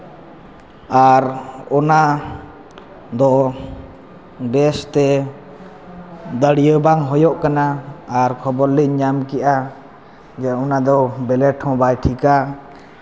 ᱟᱨ ᱚᱱᱟ ᱫᱚ ᱵᱮᱥᱛᱮ ᱫᱟᱹᱲᱭᱟᱹ ᱵᱟᱝ ᱦᱭᱚᱜ ᱠᱟᱱᱟ ᱟᱨ ᱠᱷᱚᱵᱚᱨ ᱞᱤᱧ ᱧᱟᱢ ᱠᱮᱜᱼᱟ ᱡᱮ ᱚᱱᱟᱫᱚ ᱵᱞᱮᱰ ᱦᱚᱸ ᱵᱟᱭ ᱴᱷᱤᱠᱟ